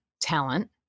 talent